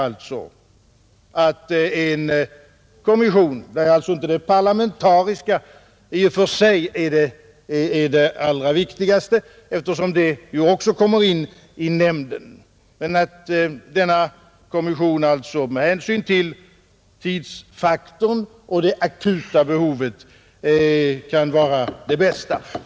Vi anser att en kommission — där den parlamentariska sammansättningen i och för sig inte är det allra viktigaste, eftersom denna också kommer in i nämnden — med hänsyn till tidsfaktorn och det akuta behovet kan vara den bästa lösningen.